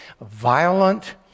violent